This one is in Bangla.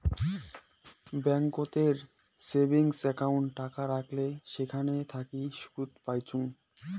ব্যাংকোতের সেভিংস একাউন্ট টাকা রাখলে সেখান থাকি সুদ পাইচুঙ